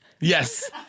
Yes